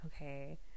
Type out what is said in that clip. okay